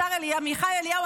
השר עמיחי אליהו,